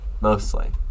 Mostly